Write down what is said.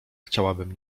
chciałabym